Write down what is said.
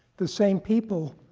the same people